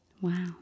Wow